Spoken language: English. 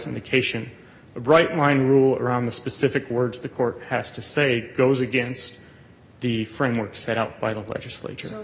indication a bright line rule around the specific words the court has to say goes against the framework set out by the legislature